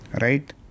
right